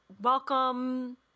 welcome